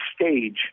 stage